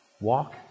Walk